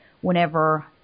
whenever –